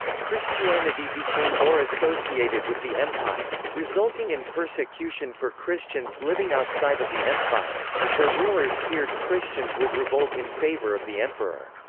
christianity became became more associated with the empire, resulting in persecution for christians living outside of the empire, as their rulers feared christians would revolt in favor of the emperor.